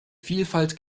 vielfalt